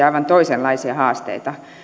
aivan toisenlaisia haasteita